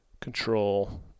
control